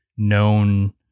known